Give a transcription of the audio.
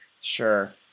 Sure